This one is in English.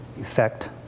effect